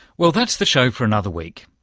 well, that's the show for another week.